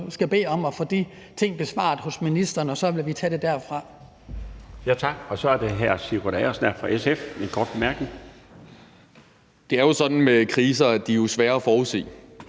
vi skal bede om at få ting besvaret hos ministeren, og så vil vi tage det derfra.